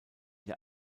der